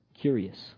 Curious